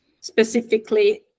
specifically